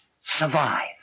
survive